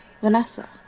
Vanessa